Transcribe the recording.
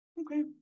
Okay